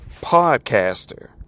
podcaster